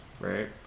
right